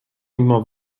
mimo